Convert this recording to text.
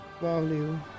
value